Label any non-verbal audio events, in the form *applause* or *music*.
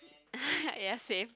*laughs* ya same